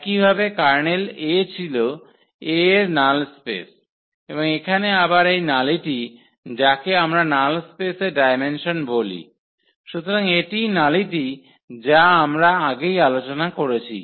একইভাবে কার্নেল 𝐴 ছিল 𝐴 এর নাল স্পেস এবং এখানে আবার এই নালিটি যাকে আমরা নাল স্পেসের ডায়মেনসন বলি সুতরাং এটিই নালিটি যা আমরা আগেই আলোচনা করেছি